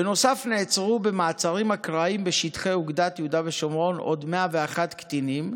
בנוסף נעצרו במעצרים אקראיים בשטחי אוגדת יהודה ושומרון 101 קטינים,